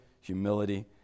humility